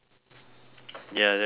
ya that's true